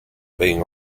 being